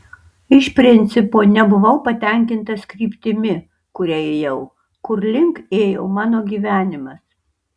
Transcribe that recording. iš principo nebuvau patenkintas kryptimi kuria ėjau kur link ėjo mano gyvenimas